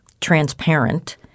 transparent